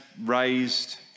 raised